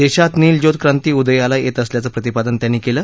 देशात नील ज्योत क्रांती उदयाला येत असल्याचं प्रतिपादन त्यांनी केलं